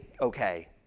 okay